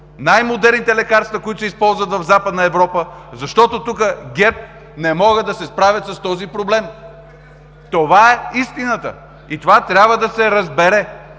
най-модерните лекарства, които се използват в Западна Европа, защото ГЕРБ не могат да се справят с този проблем. Това е истината и това трябва да се разбере!